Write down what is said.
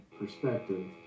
perspective